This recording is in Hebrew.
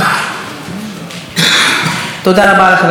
תודה רבה לחבר הכנסת יאיר לפיד.